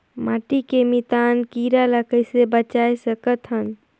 माटी के मितान कीरा ल कइसे बचाय सकत हन?